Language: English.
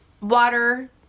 water